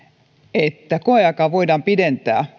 että koeaikaa voidaan pidentää